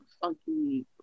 funky